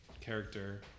character